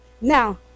Now